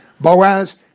Boaz